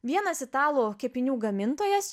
vienas italų kepinių gamintojas